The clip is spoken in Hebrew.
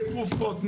בתרופות,